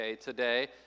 today